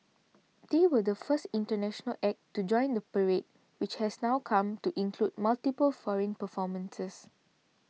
they were the first international act to join the parade which has now come to include multiple foreign performances